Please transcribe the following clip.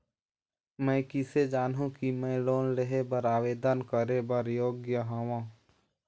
मैं किसे जानहूं कि मैं लोन लेहे बर आवेदन करे बर योग्य हंव?